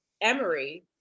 Emory